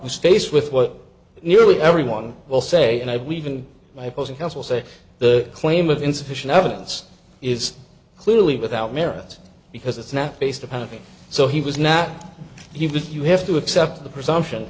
was faced with what nearly everyone will say and i believe in my post house will say the claim of insufficient evidence is clearly without merit because it's not based upon having so he was not given you have to accept the presumption